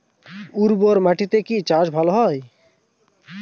উর্বর মাটিতে কি চাষ ভালো হয়?